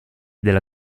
della